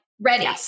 ready